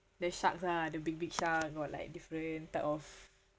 the sharks ah the big big shark or like different type of